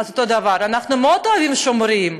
אז אותו דבר: אנחנו מאוד אוהבים שמירה,